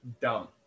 dumb